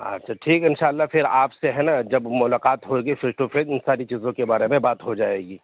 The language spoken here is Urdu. اچھا ٹھیک ہے ان شاء اللہ پھر آپ سے ہے نا جب ملاقات ہوگی پھر تو پھر ان ساری چیزوں کے بارے میں بات ہو جائے گی